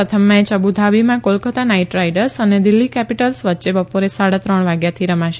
પ્રથમ મેચ અબુધાબીમાં Kolkata Knight Riders અને દિલ્ફી કેપીટલ્સ વચ્ચે બપોરે સાડા ત્રણ વાગ્યાથી રમાશે